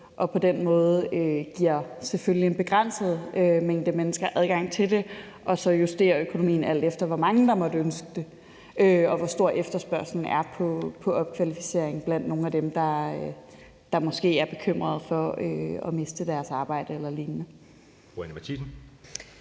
På den måde giver det selvfølgelig en begrænset mængde mennesker adgang til det, og så justerer vi økonomien, alt efter hvor mange der måtte ønske det, og hvor stor efterspørgslen på opkvalificering er blandt nogle af dem, der måske er bekymrede for at miste deres arbejde eller lignende.